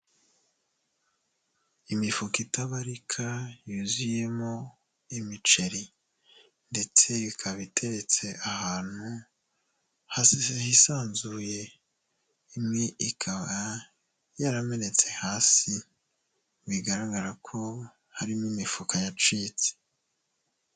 Imifuka itabarika yuzuyemo imiceri ndetse ikaba iteretse ahantu hisanzuye, imwe ikaba yaramenetse hasi bigaragara ko harimo imifuka yacitse.